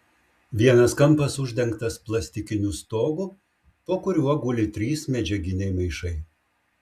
vienas kampas uždengtas plastikiniu stogu po kuriuo guli trys medžiaginiai maišai